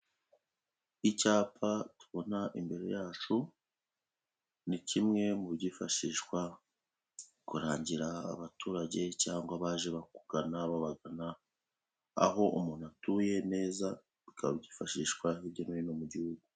Icyapa tubona imbere yacu ni kimwe mu byifashishwa kurangira abaturage cyangwa abaje bakugana, babagana aho umuntu atuye neza akabyifashishwa hirya no hino mu gihugu.